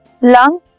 lung